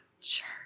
Sure